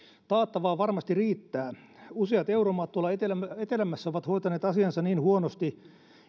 taattavaa varmasti riittää useat euromaat tuolla etelämmässä etelämmässä ovat hoitaneet asiansa niin huonosti